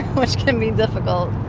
which can be difficult